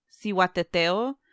Siwateteo